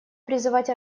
призывать